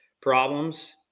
problems